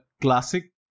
classic